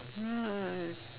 right